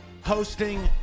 hosting